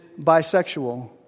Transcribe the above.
bisexual